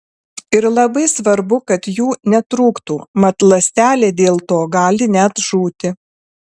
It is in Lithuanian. ir labai svarbu kad jų netrūktų mat ląstelė dėl to gali net žūti